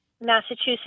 Massachusetts